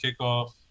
kickoff